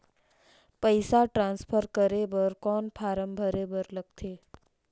पईसा ट्रांसफर करे बर कौन फारम भरे बर लगथे?